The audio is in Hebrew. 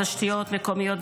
תשתיות מקומיות,